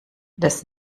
des